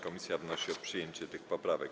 Komisja wnosi o przyjęcie tych poprawek.